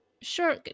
Sure